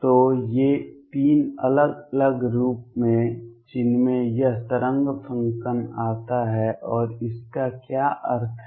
तो ये तीन अलग अलग रूप हैं जिनमें यह तरंग फ़ंक्शन आता है और इसका क्या अर्थ है